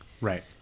right